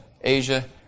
Asia